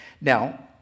Now